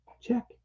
Check